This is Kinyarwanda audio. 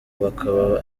bakaba